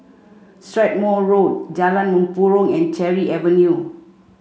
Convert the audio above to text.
Strathmore Road Jalan Mempurong and Cherry Avenue